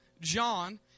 John